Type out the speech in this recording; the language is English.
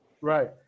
Right